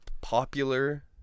popular